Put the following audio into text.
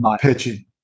pitching